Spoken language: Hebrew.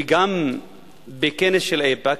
וגם בכנס של איפא"ק,